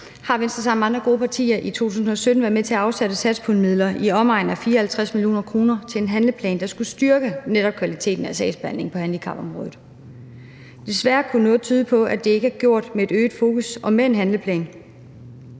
har nævnt, sammen med andre gode partier i 2017 været med til at afsætte satspuljemidler i omegnen af 54 mio. kr. til en handleplan, der netop skulle styrke kvaliteten af sagsbehandlingen på handicapområdet. Desværre kunne noget tyde på, at det ikke er gjort med et øget fokus og med en handleplan.